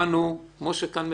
כמו שכאן מקובל.